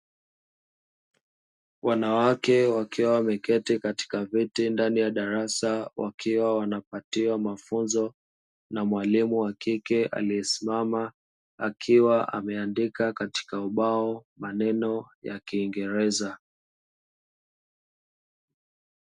Wanawake wakiwa wameketi katika viti ndani ya darasa, wakiwa wanapatiwa mafunzo na mwalimu wa kike aliyesimama akiwaameandika katika ubao maneno ya kingereza.